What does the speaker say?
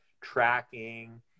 tracking